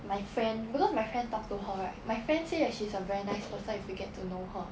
my friend because my friend talk to her right my friend say that she's a very nice person if you get to know her